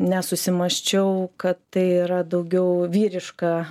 nesusimąsčiau kad tai yra daugiau vyriška